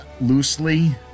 loosely